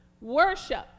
Worship